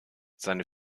seine